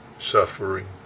suffering